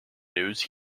news